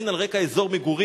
והן על רקע אזור מגורים,